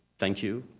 thank you.